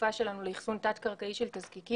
החלופה שלנו לאחסון תת קרקעי של תזקיקים.